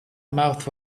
mouth